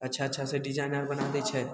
अच्छा अच्छासँ डिजाइन आर बना दै छै